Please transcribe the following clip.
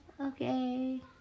Okay